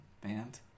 band